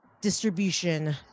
distribution